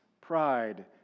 pride